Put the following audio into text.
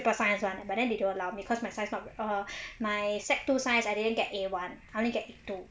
triple science [one] but then they don't allow me cause my science err my sec two science I didn't get A one I only get A two